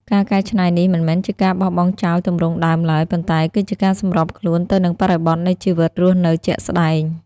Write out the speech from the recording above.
ការកែច្នៃនេះមិនមែនជាការបោះបង់ចោលទម្រង់ដើមឡើយ ប៉ុន្តែគឺជាការសម្របខ្លួនទៅនឹងបរិបទនៃជីវិតរស់នៅជាក់ស្ដែង។